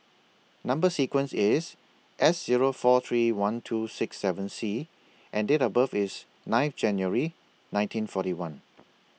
Number sequence IS S Zero four three one two six seven C and Date of birth IS nine January nineteen forty one